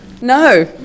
No